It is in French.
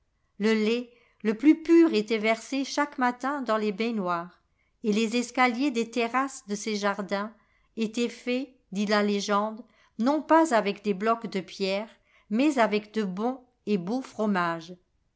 le lait le plus pur était versé chaque matin dans des baignoires et les escaliers des terrasses de ses jardins étaient faits dit la légende non pas avec des blocs de pierre mais avec de bons et beaux fromages